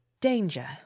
Danger